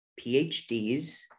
PhDs